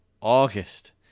August